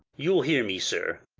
you'll hear me, sir?